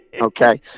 Okay